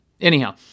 Anyhow